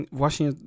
właśnie